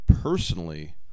personally